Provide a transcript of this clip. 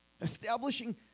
establishing